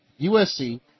USC